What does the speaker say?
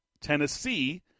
Tennessee